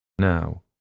now